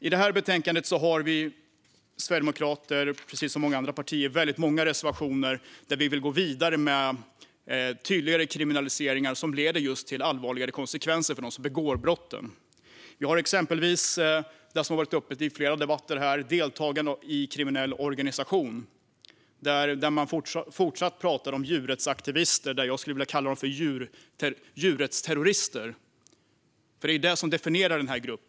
I detta betänkande har vi sverigedemokrater, precis som flera andra partier, väldigt många reservationer som handlar om att vi vill gå vidare med tydligare kriminaliseringar som leder just till allvarligare konsekvenser för dem som begår brotten. Det handlar till exempel om det som har tagits upp i flera debatter, alltså deltagande i kriminell organisation. Där talar man fortsatt om djurrättsaktivister. Men jag skulle vilja kalla dem för djurrättsterrorister. Det är nämligen detta som definierar denna grupp.